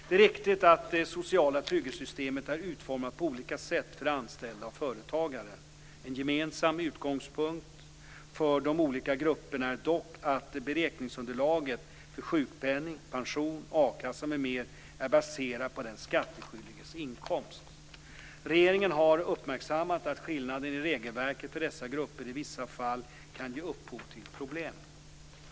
Det är riktigt att det sociala trygghetssystemet är utformat på olika sätt för anställda och företagare. En gemensam utgångspunkt för de olika grupperna är dock att beräkningsunderlaget för sjukpenning, pension och a-kassa m.m. är baserat på den skattskyldiges inkomst. Regeringen har uppmärksammat att skillnaden i regelverken för dessa grupper i vissa fall kan ge upphov till problem.